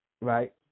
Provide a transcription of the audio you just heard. right